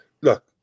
look